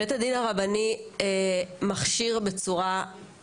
אם עד עכשיו לא הרגשתי בטוח לחיות כאן,